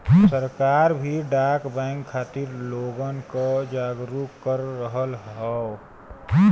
सरकार भी डाक बैंक खातिर लोगन क जागरूक कर रहल हौ